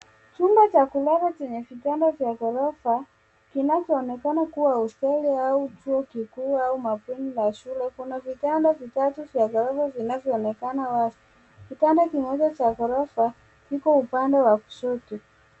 Chumba cha kulala chenye vitanda vya ghorofa kinachoonekana kuwa hosteli au chuo kikuu au mabweni la shule. Kuna vitanda vitatu vya ghorofa vinavyoonekana wazi. Kitanda kimoja cha ghorofa kiko upande wa kushoto.